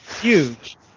huge